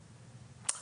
באוצר.